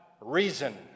reason